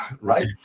right